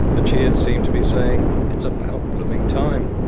the cheers seem to be saying it's about blooming time.